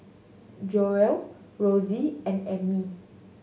Joelle Rossie and Ammie